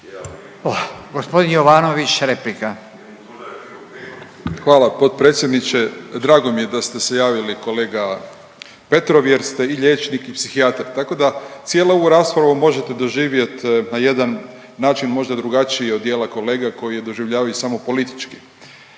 Hvala potpredsjedniče, drago mi je da ste se javili, kolega Petrov jer ste i liječnik i psihijatar, tako da cijelu ovu raspravu možete doživjet na jedan način možda drugačiji od dijela kolega koji doživljavaju samo politički